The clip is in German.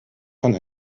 von